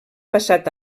passat